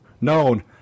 known